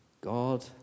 God